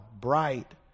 bright